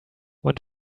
want